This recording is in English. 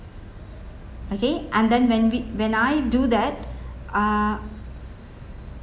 okay and then when we when I do that ah